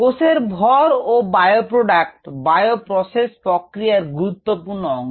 কোষের ভর ও বায়ো প্রোডাক্ট বায়ো প্রসেস প্রক্রিয়ার গুরুত্বপূর্ণ অংশ